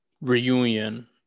reunion